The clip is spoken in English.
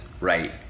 right